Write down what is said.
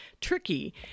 tricky